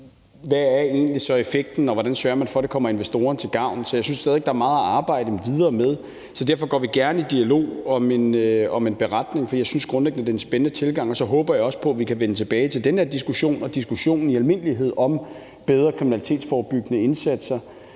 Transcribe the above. hvad effekten egentlig er, og hvordan man sørger for, at det kommer investorerne til gavn. Så jeg synes stadig væk, der er meget at arbejde videre med. Derfor går vi gerne i dialog om en beretning, for jeg synes grundlæggende, det er en spændende tilgang. Og så håber jeg også på, at vi kan vende tilbage til den her diskussion og diskussionen i almindelighed om bedre kriminalitetsforebyggende indsatser,